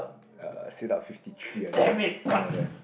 uh sit up fifty three I think something like that